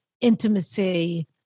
intimacy